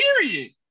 Period